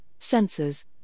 sensors